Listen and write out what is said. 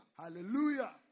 hallelujah